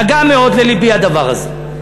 נגע מאוד ללבי הדבר הזה.